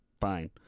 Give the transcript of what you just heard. fine